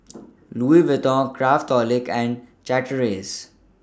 Louis Vuitton Craftholic and Chateraise